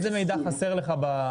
איזה מידע חסר לך?